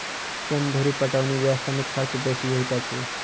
केन्द्र धुरि पटौनी व्यवस्था मे खर्च बेसी होइत अछि